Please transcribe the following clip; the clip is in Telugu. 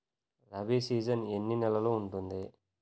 రబీ సీజన్ ఎన్ని నెలలు ఉంటుంది?